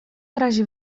razie